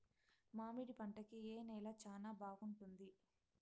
మామిడి పంట కి ఏ నేల చానా బాగుంటుంది